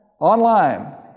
online